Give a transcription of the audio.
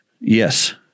yes